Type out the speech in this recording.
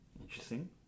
Interesting